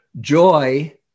Joy